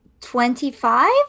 Twenty-five